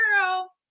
girl